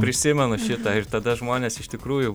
prisimenu šitą ir tada žmonės iš tikrųjų